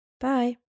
Bye